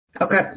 Okay